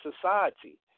society